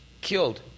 killed